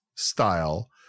Style